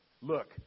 look